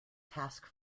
task